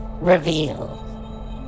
revealed